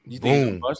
Boom